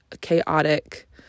chaotic